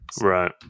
Right